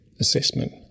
assessment